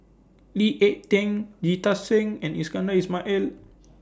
Lee Ek Tieng Jita Singh and Iskandar Ismail